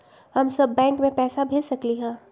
हम सब बैंक में पैसा भेज सकली ह?